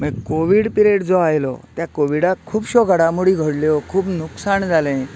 म्हळ्यार covid period जो आयलो त्या कोविडाक खुबश्यो घडामोडी घडल्यो खूब नुकसाण जालें